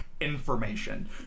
information